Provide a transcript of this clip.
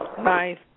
Nice